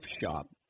shop